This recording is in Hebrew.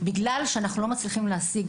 בגלל שאנחנו לא מצליחים להשיג,